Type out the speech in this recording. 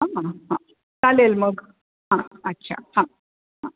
हां हां चालेल मग हां अच्छा हां हां